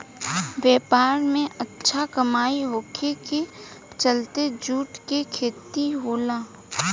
व्यापार में अच्छा कमाई होखे के चलते जूट के खेती होला